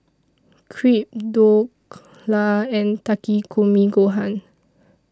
Crepe Dhokla and Takikomi Gohan